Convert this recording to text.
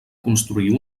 construir